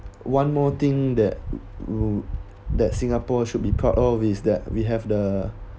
one more thing that ru~ ru~ that singapore should be proud of is that we have the